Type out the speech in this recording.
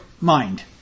mind